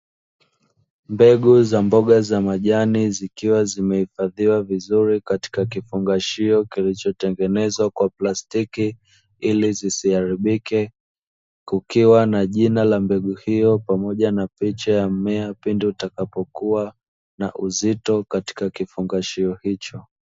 Mbegu za mboga za majani, zikiwa zimehifadhiwa vizuri katika kifungashio kilichotengenezwa kwa plastiki ili zisiharibike, kukiwa na jina la mbegu hiyo pamoja na picha ya mmea pindi utakapokua na uzito katika kifungashio hicho.